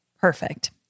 Perfect